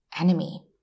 enemy